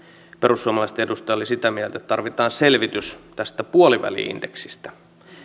perussuomalaisten edustaja oli sitä mieltä että tarvitaan selvitys tästä puoliväli indeksistä